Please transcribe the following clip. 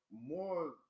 more